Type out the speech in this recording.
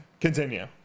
Continue